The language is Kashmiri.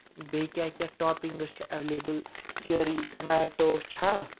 بیٚیہِ کیاہ کیاہ ٹاپِنگٕس چھِ ایویلیبٕل چیری ٹومیٹو چھا